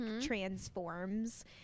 transforms